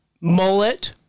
mullet